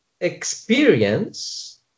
experience